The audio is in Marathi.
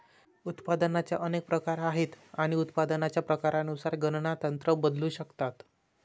उत्पादनाचे अनेक प्रकार आहेत आणि उत्पादनाच्या प्रकारानुसार गणना तंत्र बदलू शकतात